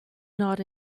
not